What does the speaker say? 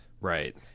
Right